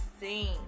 scene